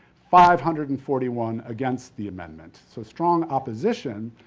five hundred and forty one against the amendment, so strong opposition.